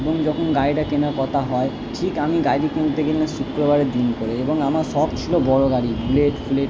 এবং যখন গাড়িটা কেনার কথা হয় ঠিক আমি গাড়ি কিনতে গেলে শুক্রবারের দিন করে এবং আমার শখ ছিল বড়ো গাড়ি বুলেট ফুলেট